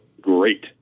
great